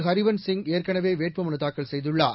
ஹரிவன்ஸ் சிங் ஏற்களவே வேட்புமலு தாக்கல் செய்துள்ளார்